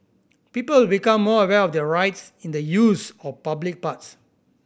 people will become more aware of their rights in the use of public paths